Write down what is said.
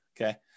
okay